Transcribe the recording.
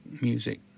music